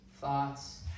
thoughts